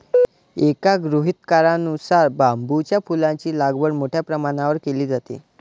एका गृहीतकानुसार बांबूच्या फुलांची लागवड मोठ्या प्रमाणावर केली जाते